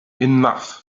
enough